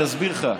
אני אסביר לך.